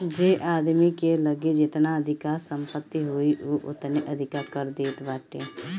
जे आदमी के लगे जेतना अधिका संपत्ति होई उ ओतने अधिका कर देत बाटे